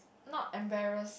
not embarrassed